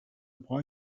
boy